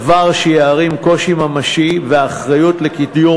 דבר שיערים קושי ממשי ואחריות לקיום